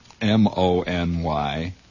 M-O-N-Y